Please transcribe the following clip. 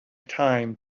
time